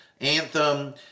Anthem